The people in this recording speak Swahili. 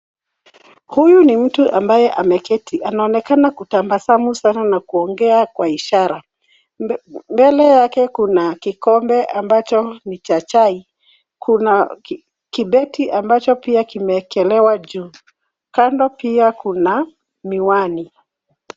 Huyu ni mtu ambaye ameketi, anaonekana kutabasamu sana na kuongea kwa ishara. Mbele yake kuna kikombe ambacho ni cha chai. Kuna kibeti ambacho pia kimeekelewa juu. Kando pia kuna miwani.